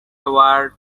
are